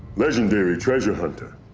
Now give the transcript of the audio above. legendary treasure hunter,